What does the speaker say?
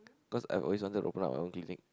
cause I've always wanted to open my own clinic